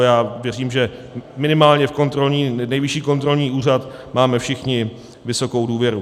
Já věřím, že minimálně v Nejvyšší kontrolní úřad máme všichni vysokou důvěru.